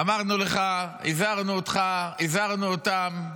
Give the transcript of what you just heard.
אמרנו לך, הזהרנו אותך, הזהרנו אותם.